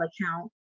account